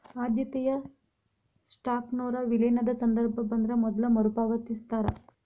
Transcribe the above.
ಆದ್ಯತೆಯ ಸ್ಟಾಕ್ನೊರ ವಿಲೇನದ ಸಂದರ್ಭ ಬಂದ್ರ ಮೊದ್ಲ ಮರುಪಾವತಿಸ್ತಾರ